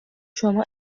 شما